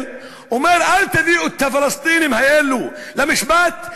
אומר: אל תביאו את הפלסטינים האלה למשפט,